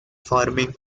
farming